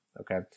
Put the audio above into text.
Okay